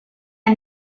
and